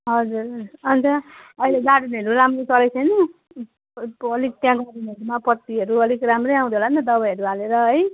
हजुर अन्त अहिले गार्डनहरू राम्रो चलेको छैन अलिक चिया बगानहरूमा पत्तीहरू अलिक राम्रै आउँदै होला नि त दबाईहरू हालेर है